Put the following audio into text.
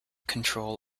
control